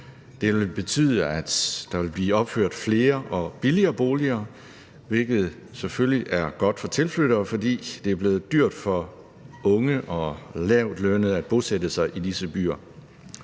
Det vil betyde, at der vil blive opført flere og billigere boliger, hvilket selvfølgelig er godt for tilflyttere, fordi det er blevet dyrt for unge og lavtlønnede at bosætte sig i disse byer.